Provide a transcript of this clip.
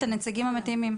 את הנציגים המתאימים.